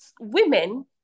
women